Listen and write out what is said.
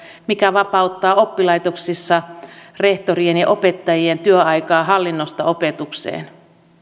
mikä vapauttaa oppilaitoksissa rehtorien ja opettajien työaikaa hallinnosta opetukseen